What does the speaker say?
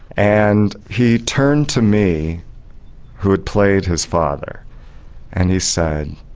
and he turned to me who had played his father and he said,